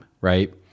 right